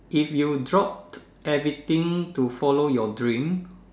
if you dropped everything to follow your dream